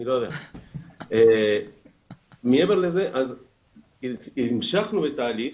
מעבר לזה, המשכנו בתהליך